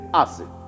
acid